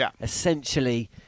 essentially